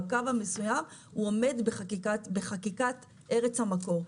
בקו המסוים הוא עומד בחקיקת ארץ המקור.